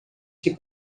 que